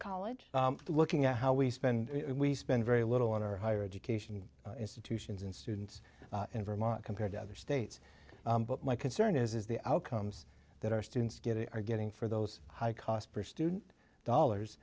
college looking at how we spend we spend very little on our higher education institutions and students in vermont compared to other states but my concern is the outcomes that our students get a are getting for those high cost per student dollars